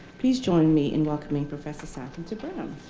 please join me in welcoming professor samson to brown.